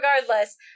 regardless